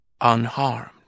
unharmed